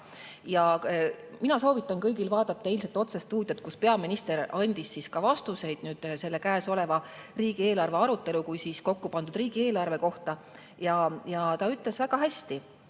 Mina soovitan kõigil vaadata eilset otsestuudiot, kus peaminister andis vastuseid ka käesoleva riigieelarve arutelu või juba kokku pandud riigieelarve kohta. Ja ta ütles väga hästi.